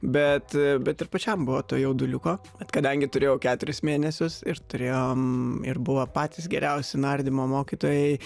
bet bet ir pačiam buvo to jauduliuko bet kadangi turėjau keturis mėnesius ir turėjom ir buvo patys geriausi nardymo mokytojai